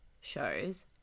shows